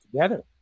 together